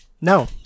No